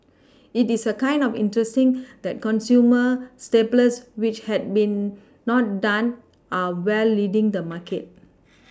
it is a kind of interesting that consumer staples which had been not done are well leading the market